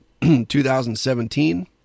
2017